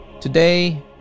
today